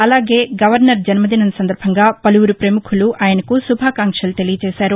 అలాగే జన్మదినం సందర్భంగా పలువురు పముఖులు ఆయనకు శుభాకాంక్షలు తెలియచేశారు